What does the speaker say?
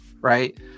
right